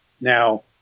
Now